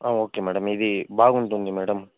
okay madam ఇది బాగుంటుంది madam